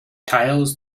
tiles